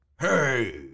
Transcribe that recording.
Hey